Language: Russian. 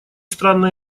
странная